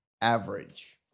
average